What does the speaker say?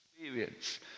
experience